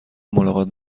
ملاقات